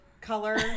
color